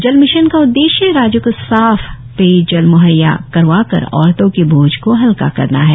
जल मिशन का उद्देश्य राज्य को साफ पेय जल म्हैया करवाकर औरतो के बोझ को हलका करना है